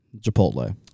Chipotle